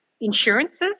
insurances